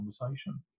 conversation